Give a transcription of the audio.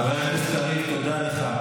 חבר הכנסת קריב, תודה לך.